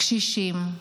קשישים,